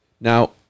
Now